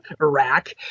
Iraq